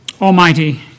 Almighty